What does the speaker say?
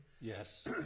Yes